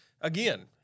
Again